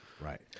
Right